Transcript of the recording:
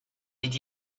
did